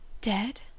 Dead